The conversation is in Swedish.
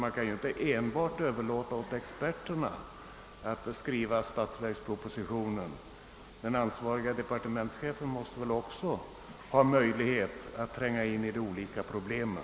Man kan ju inte helt överlämna åt experterna att skriva statsverkspropositionen, utan den ansvarige departementschefen måste väl också ha möjlighet att tränga in i de olika problemen.